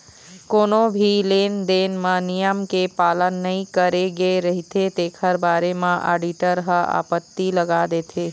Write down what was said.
कोनो भी लेन देन म नियम के पालन नइ करे गे रहिथे तेखर बारे म आडिटर ह आपत्ति लगा देथे